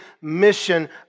mission